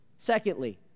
Secondly